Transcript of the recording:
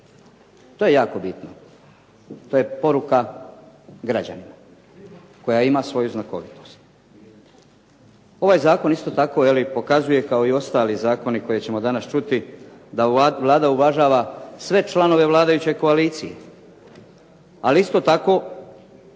To je jako bitno, to je poruka građanima koja ima svoju znakovitost. Ovaj zakon isto tako pokazuje, kao i ostali zakoni koje ćemo danas čuti, da Vlada uvažava sve članove vladajuće koalicije, ali isto tako